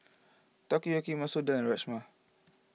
Takoyaki Masoor Dal and Rajma